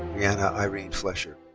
brianna irene flesher.